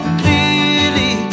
clearly